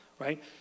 Right